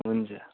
हुन्छ